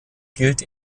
gilt